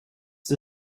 the